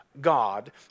God